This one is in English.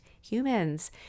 humans